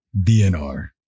DNR